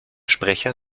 sprecher